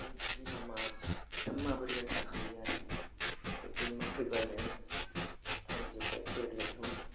बुन्दा माथाम माब्रैआ थाखायो आरो बेमार फैब्लानो थांजोब्बाय देग्लायथ'